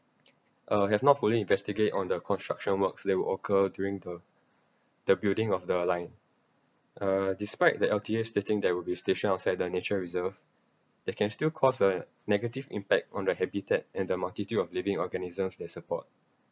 uh has not fully investigate on the construction works that will occur during the the building of the line uh despite the L_T_A stating that it will be stationed outside the nature reserve that can still cause a negative impact on the habitat in the multitude of living organisms that support